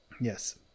Yes